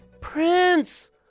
Prince